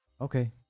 Okay